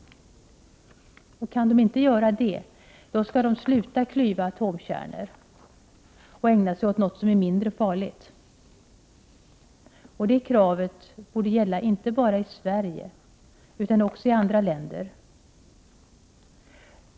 Kan de inte göra det, skall de sluta att klyva atomkärnor och ägna sig åt något som är mindre farligt. Detta krav borde gälla inte bara i Sverige utan också i andra länder.